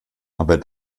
aber